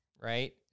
right